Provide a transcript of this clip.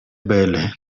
bele